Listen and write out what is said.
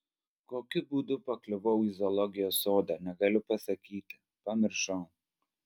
kokiu būdu pakliuvau į zoologijos sodą negaliu pasakyti pamiršau